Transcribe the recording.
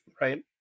right